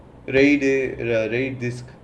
raid red disk